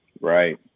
Right